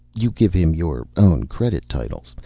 you give him your own credit titles.